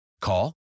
Call